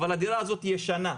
אבל הדירה הזו ישנה,